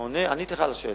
אני עניתי לך על השאלה.